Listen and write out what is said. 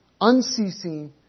unceasing